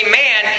man